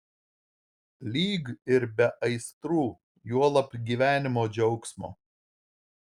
lyg ir be aistrų juolab gyvenimo džiaugsmo